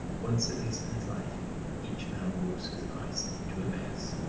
once at least in his life each man walks with christ to emmaus.